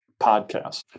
podcast